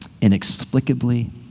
inexplicably